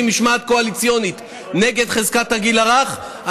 משמעת קואליציונית נגד חזקת הגיל הרך,